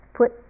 put